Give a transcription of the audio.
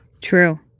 True